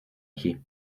pied